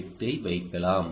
8 ஐ வைக்கலாம்